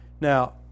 Now